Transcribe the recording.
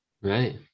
Right